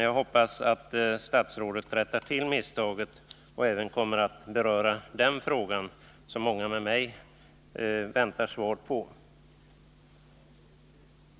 Jag hoppas att statsrådet rättar till misstaget och även kommer att beröra den frågan, som många med mig väntar ett svar på.